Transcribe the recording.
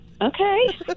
Okay